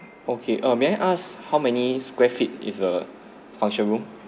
okay uh may I ask how many square feet is the function room